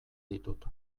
ditut